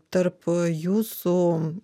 tarp jūsų